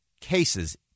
cases